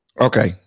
Okay